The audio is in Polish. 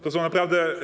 To są naprawdę.